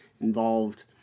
involved